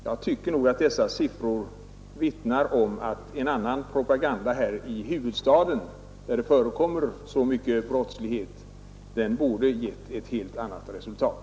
Jag tycker att dessa siffror vittnar om att en annan propaganda här i huvudstaden, där det förekommer så mycket brottslighet, borde ha givit ett helt annat resultat.